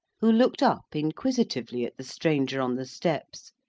who looked up inquisitively at the stranger on the steps,